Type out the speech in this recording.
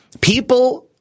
People